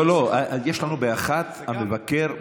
לא, לא, יש לנו ב-13:00 השבעה של המבקר.